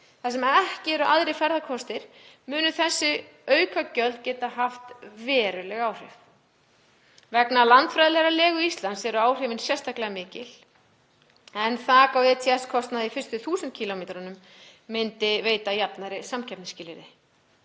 þar sem ekki eru aðrir ferðakostir, munu þessi aukagjöld geta haft veruleg áhrif. Vegna landfræðilegrar legu Íslands eru áhrifin sérstaklega mikil en þak á ETS-kostnað í fyrstu 1000 kílómetrunum myndi veita jafnari samkeppnisskilyrði.